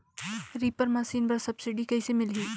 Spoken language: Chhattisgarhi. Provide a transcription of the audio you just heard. रीपर मशीन बर सब्सिडी कइसे मिलही?